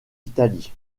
italie